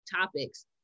topics